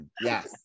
Yes